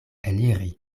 eliri